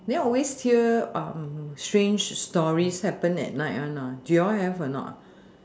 then always hear strange stories happen at night one do you all have or not